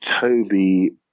Toby